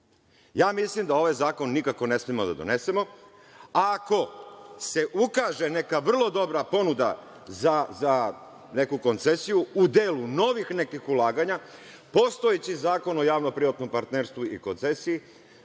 mislim da ovaj zakon nikako ne smemo da donesemo, a ako se ukaže neka vrlo dobra ponuda za neku koncesiju u delu novih nekih ulaganja, postojeći Zakon o javno-privatnom partnerstvu i koncesiji